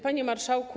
Panie Marszałku!